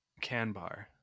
Canbar